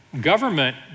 Government